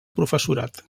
professorat